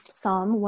Psalm